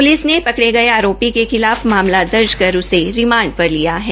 police ने पकड़े गए आरोपियों के खिलाफ मामला दर्ज कर उसे रिमांड पर लिया है